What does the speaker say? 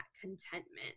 contentment